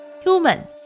human